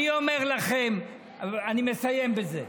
אני אומר לכם, ואני מסיים בזה: